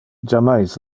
jammais